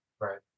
Right